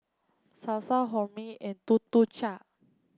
Sasa Hormel and Tuk Tuk Cha